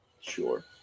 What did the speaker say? Sure